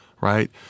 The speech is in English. right